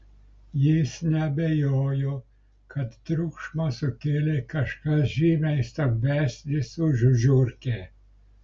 jis neabejojo kad triukšmą sukėlė kažkas žymiai stambesnis už žiurkę